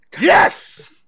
yes